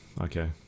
okay